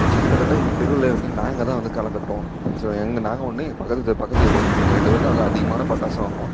C கிட்டத்தட்ட எங்கள் தெருவில் வந்து நாங்கள் தான் வந்து களை கட்டுவோம் ஸோ எங்கள் நாங்கள் ஒன்று எங்கள் பக்கத்து தெ பக்கத்து வீடு ஒன்று எங்கள் ரெண்டு பேரும் தான் வந்து அதிகமான பட்டாசு வாங்குவோம்